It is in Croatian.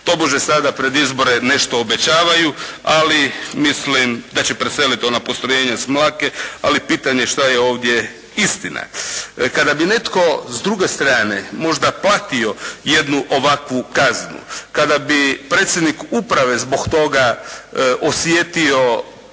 Tobože sada pred izbore nešto obećavaju ali mislim da će preseliti ona postrojenja s Mlake. Ali pitanje je šta je ovdje istina. Kada bi netko s druge strane možda platio jednu ovakvu kaznu, kada bi predsjednik uprave zbog toga osjetio